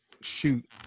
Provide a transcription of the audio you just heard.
shoot